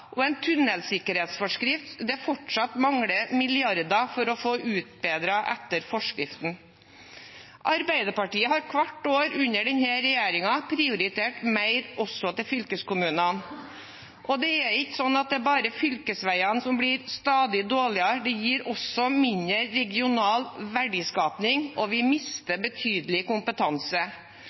fergekostnader og at det fortsatt mangler milliarder til utbedringer etter tunnelsikkerhetsforskriften. Arbeiderpartiet har hvert år under denne regjeringen prioritert mer også til fylkeskommunene. Det er ikke sånn at det bare er fylkesveiene som blir stadig dårligere, det gir også mindre regional verdiskaping, og vi mister betydelig kompetanse.